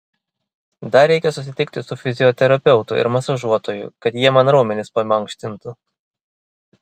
dar reikia susitikti su fizioterapeutu ir masažuotoju kad jie man raumenis pamankštintų